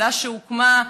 ועדה שהוקמה,